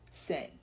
sin